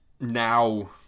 now